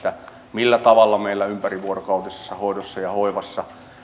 millä tavalla meillä ympärivuorokautisessa hoidossa ja hoivassa